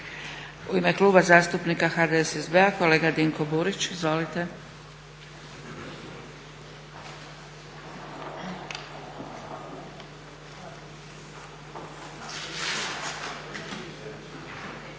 U ime Kluba zastupnika HDSSB-a kolega Dinko Burić. Izvolite.